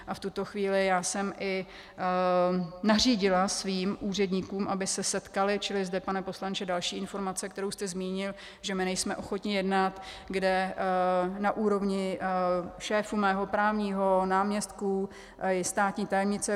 A v tuto chvíli jsem i nařídila svým úředníkům, aby se setkali čili zde, pane poslanče, další informace, kterou jste zmínil, že my nejsme ochotni jednat na úrovni šéfů mého právního, náměstků, státní tajemnice.